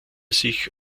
sich